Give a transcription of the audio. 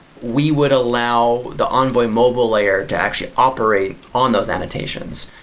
we would allow the envoy mobile layer to actually operate on those annotations.